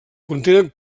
contenen